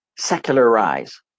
secularize